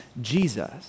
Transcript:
Jesus